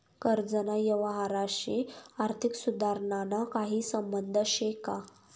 कर्जना यवहारशी आर्थिक सुधारणाना काही संबंध शे का?